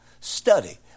study